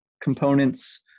components